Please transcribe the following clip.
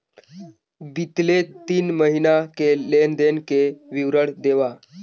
बितले तीन महीना के लेन देन के विवरण देवा?